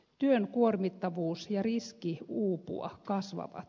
työn kuormittavuus ja riski uupua kasvavat